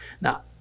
Now